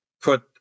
put